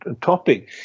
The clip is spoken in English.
topic